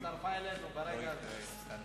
הצטרפה אלינו ברגע זה.